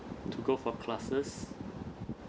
to go for classes